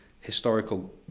historical